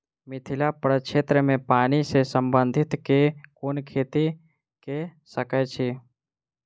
मिथिला प्रक्षेत्र मे पानि सऽ संबंधित केँ कुन खेती कऽ सकै छी?